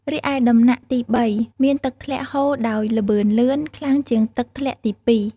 រីឯដំណាក់ទី៣ មានទឹកធ្លាក់ហូរដោយល្បឿនលឿនខ្លាំងជាងទឹកធ្លាក់ទី២។